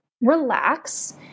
relax